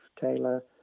Taylor